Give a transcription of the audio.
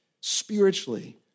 spiritually